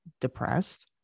depressed